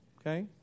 Okay